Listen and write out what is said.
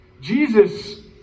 Jesus